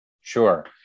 Sure